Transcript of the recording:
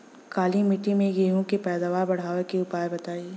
काली मिट्टी में गेहूँ के पैदावार बढ़ावे के उपाय बताई?